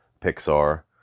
Pixar